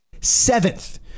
seventh